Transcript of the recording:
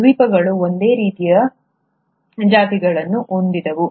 ದ್ವೀಪಗಳು ಒಂದೇ ರೀತಿಯ ಜಾತಿಗಳನ್ನು ಹೊಂದಿದ್ದವು